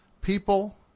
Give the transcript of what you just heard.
people